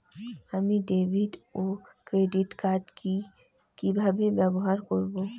আমি ডেভিড ও credit card কি কিভাবে ব্যবহার করব?